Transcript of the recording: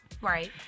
Right